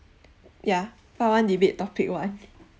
yeah part one debate topic one